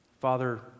Father